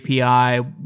API